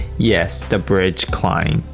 yes, the bridge climb.